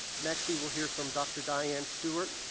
next, we will hear from dr. dianne stewart.